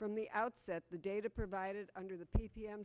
from the outset the data provided under the p p m